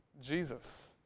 Jesus